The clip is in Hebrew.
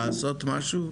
לעשות משהו?